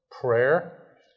prayer